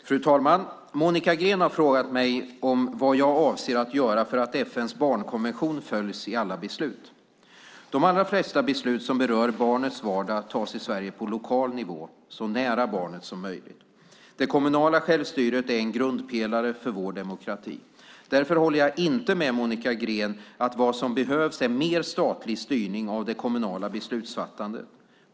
Fru talman! Monica Green har frågat mig vad jag avser att göra för att FN:s barnkonvention följs i alla beslut. De allra flesta beslut som berör barnets vardag tas i Sverige på lokal nivå, så nära barnet som möjligt. Det kommunala självstyret är en grundpelare för vår demokrati. Därför håller jag inte med Monica Green om att vad som behövs är mer statlig styrning av det kommunala beslutsfattandet.